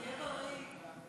תהיה בריא.